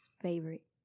favorite